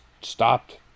stopped